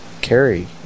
carry